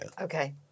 Okay